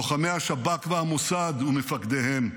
לוחמי השב"כ והמוסד ומפקדיהם,